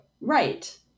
Right